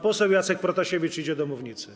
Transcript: Pan poseł Jacek Protasiewicz idzie do mównicy.